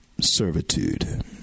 servitude